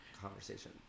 conversation